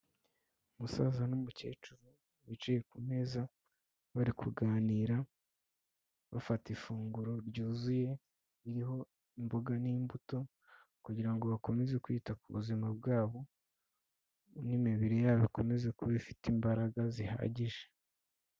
Umusaza n'umukecuru, bicaye ku meza, bari kuganira bafata ifunguro ryuzuye, ririho imboga n'imbuto, kugira ngo bakomeze kwita ku buzima bwabo, n'imibiri yabo ikomeze kuba ifite imbaraga zihagije.